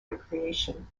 recreation